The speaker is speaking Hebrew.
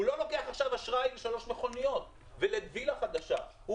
הוא לא לוקח עכשיו אשראי לשלוש מכוניות ולווילה חדשה אלא